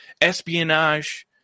Espionage